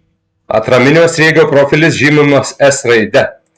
atraminio sriegio profilis žymimas s raide